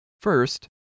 First